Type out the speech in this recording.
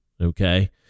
okay